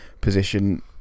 position